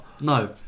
No